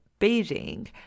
Beijing